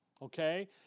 okay